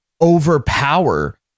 overpower